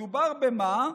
מדובר במה?